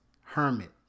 hermit